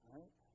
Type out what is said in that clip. right